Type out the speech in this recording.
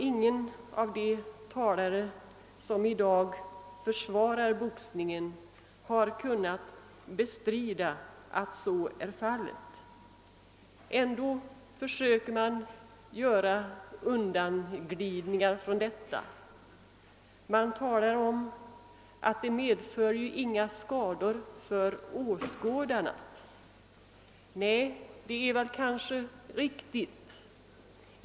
Ingen av de talare som i dag försvarat boxningen har heller kunnat bestrida att så är fallet. Men ändå försöker man här: göra undanglidningar, och man talar om att boxningen inte medför några skador för åskådarna. Det är kanske riktigt.